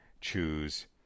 choose